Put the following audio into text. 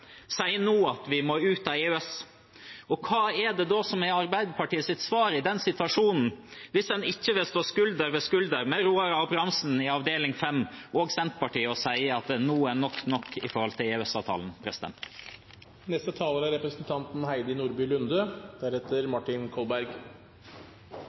nå at vi må ut av EØS. Og hva er det da som er Arbeiderpartiets svar i den situasjonen hvis en ikke vil stå skulder ved skulder med Roar Abrahamsen i avdeling 5 og Senterpartiet og si at nå er nok nok i forhold til EØS-avtalen? Dette er